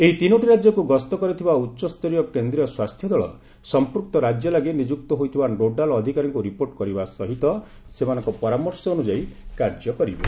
ଏହି ତିନୋଟି ରାଜ୍ୟକୁ ଗସ୍ତ କରିଥିବା ଉଚ୍ଚସ୍ତରୀୟ କେନ୍ଦ୍ରୀୟ ସ୍ୱାସ୍ଥ୍ୟ ଦଳ ସମ୍ପୃକ୍ତ ରାଜ୍ୟ ଲାଗି ନିଯୁକ୍ତ ହୋଇଥିବା ନୋଡାଲ ଅଧିକାରୀଙ୍କୁ ରିପୋର୍ଟ କରିବା ସହିତ ସେମାନଙ୍କ ପରାମର୍ଶ ଅନୁଯାୟୀ କାର୍ଯ୍ୟ କରିବେ